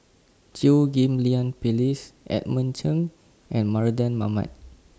Chew Ghim Lian Phyllis Edmund Chen and Mardan Mamat